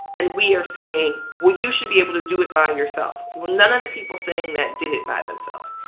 and we are saying, well, you should be able to do it by yourself, well, none of the people saying that did it by themself.